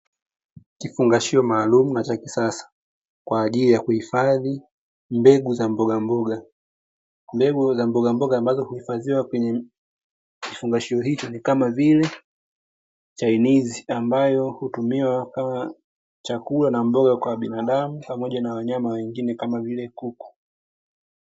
Kifungashio maalumu na cha kisasa kwajili ya kuhifadhi mbegu za mbogamboga, mbegu za mboga mboga ambazo huifadhiwa kwenye kifungashio hicho ni kamavile: chainizi ambayo hutumia kama chakula na mboga kwa binadamu pamoja na wanyama wengine kama vile kuku.